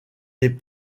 des